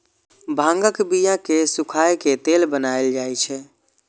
भांगक बिया कें सुखाए के तेल बनाएल जाइ छै